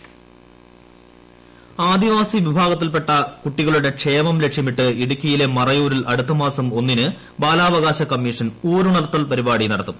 ഊരുണർത്തൽ ഇൻഡ്രോ ആദിവാസി വിഭാഗത്തിൽപ്പെട്ട കുട്ടികളുടെ ക്ഷേമം ലക്ഷ്യമിട്ട് ഇടുക്കിയിലെ മറയൂരിൽ അടുത്തമാസം ഒന്നിന് ബാലാവകാശ കമ്മീഷൻ ഊരുണർത്തൽ നടത്തും